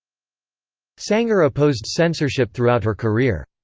sanger opposed censorship throughout her career.